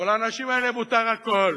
אבל לאנשים האלה מותר הכול,